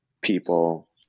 people